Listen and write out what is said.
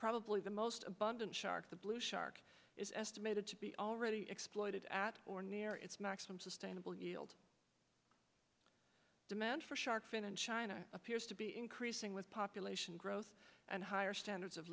probably the most abundant shark the blue shark is estimated to be already exploited at or near its maximum sustainable yield demand for shark fin in china appears to be increasing with population growth and higher standards of